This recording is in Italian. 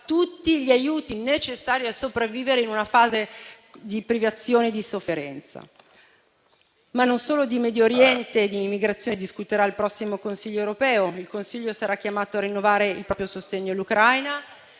tutti gli aiuti necessari a sopravvivere in una fase di privazione e di sofferenza. Ma non solo di Medio Oriente e di immigrazione discuterà il prossimo Consiglio europeo, che sarà chiamato a rinnovare il proprio sostegno all'Ucraina,